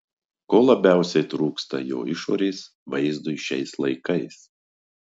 ko labiausiai trūksta jo išorės vaizdui šiais laikais